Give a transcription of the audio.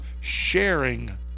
sharing